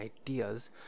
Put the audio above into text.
ideas